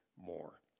more